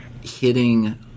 hitting